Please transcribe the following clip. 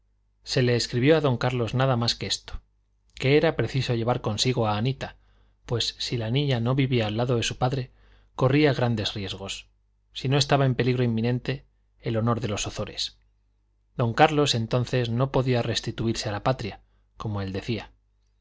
se le escribió a don carlos nada más que esto que era preciso llevar consigo a anita pues si la niña no vivía al lado de su padre corría grandes riesgos si no estaba en peligro inminente el honor de los ozores don carlos entonces no podía restituirse a la patria como él decía